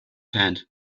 tent